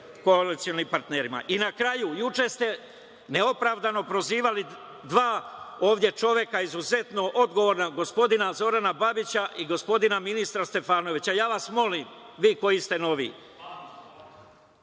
koalicionim partnerima. Na kraju, juče ste neopravdano prozivali dva ovde čoveka izuzetno odgovorna gospodina Zorana Babića i gospodina ministra Stefanovića. Molim vas, vi koji ste novi